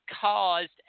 caused